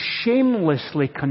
shamelessly